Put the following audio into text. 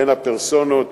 בין הפרסונות,